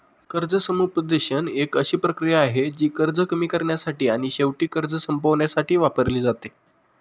कर्ज समुपदेशन एक अशी प्रक्रिया आहे, जी कर्ज कमी करण्यासाठी आणि शेवटी कर्ज संपवण्यासाठी वापरली जाते